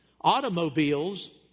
automobiles